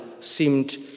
seemed